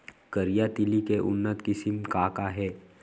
करिया तिलि के उन्नत किसिम का का हे?